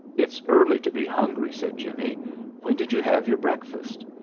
it's early to be hungry, said jimmie when did you have your breakfast?